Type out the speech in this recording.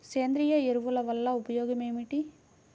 సేంద్రీయ ఎరువుల వల్ల ఉపయోగమేమిటీ?